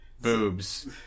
boobs